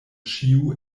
ĉiu